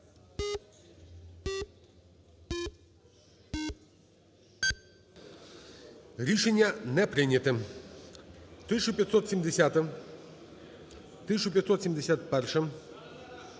Рішення не прийнято. 1570-а. 1571-а.